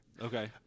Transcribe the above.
okay